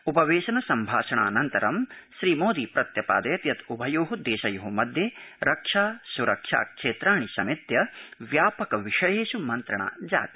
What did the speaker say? उपवेशन सम्भाषणा नन्तरं श्रीमोदी प्रत्यपादयत् यत् उभयो देशयो मध्ये रक्षा सरक्षा क्षेत्राणि समेत्य व्यापक विषयेष् मन्त्रणा जाता